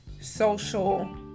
social